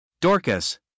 Dorcas